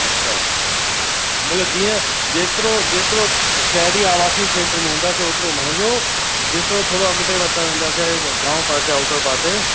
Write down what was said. अच्छा मतलबु जीअं जेतिरो जेतिरो शहरी आवासी खेत्र में हूंदासीं ओतिरो महांगो जेतिरो थोरो अॻिते वधंदा वेंदासीं गांव पासे आउटर पासे